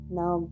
now